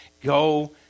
Go